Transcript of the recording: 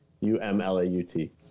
U-M-L-A-U-T